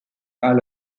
are